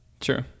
True